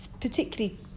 particularly